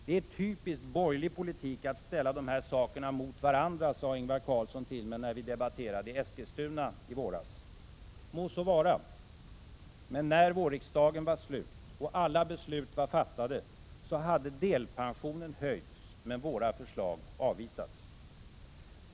Det är typisk borgerlig politik att ställa dessa saker mot varandra, sade Ingvar Carlsson till mig när vi debatterade i Eskilstuna i våras. Må så vara. Men när vårriksdagen var slut och alla beslut var fattade hade delpensionen höjts men våra förslag avvisats.